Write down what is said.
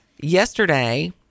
Yesterday